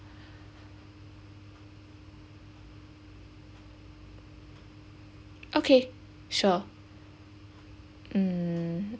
okay sure mm